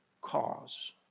cause